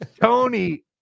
Tony